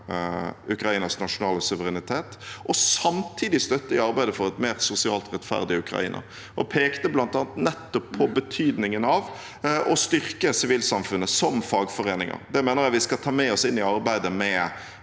Ukrainas nasjonale suverenitet og samtidig støtte til arbeidet for et mer sosialt rettferdig Ukraina, og de pekte bl.a. nettopp på betydningen av å styrke sivilsamfunnet, som fagforeninger. Det mener jeg vi skal ta med oss inn i arbeidet med